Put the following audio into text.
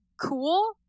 cool